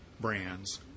brands